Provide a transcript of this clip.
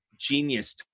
genius